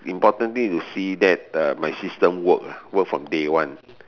importantly to see that uh my system work work from day one